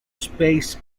space